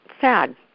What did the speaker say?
sad